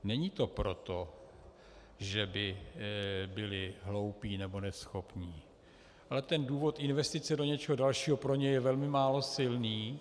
Není to proto, že by byli hloupí nebo neschopní, ale důvod investice do něčeho dalšího pro ně je velmi málo silný.